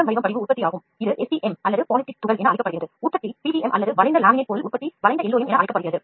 வடிவ படிவு உற்பத்தி பாலிஸ்டிக் துகள் உற்பத்தி வளைந்த லேமினேட் பொருள் உற்பத்தி ஆகியன மிகவும் குறிப்பிடத்தக்க திட்டங்கள்